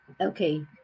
Okay